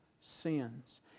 sins